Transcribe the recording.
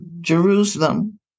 Jerusalem